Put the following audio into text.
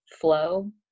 flow